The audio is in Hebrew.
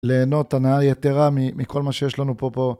ליהנות הנאה יתרה מכל מה שיש לנו פה פה.